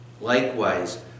likewise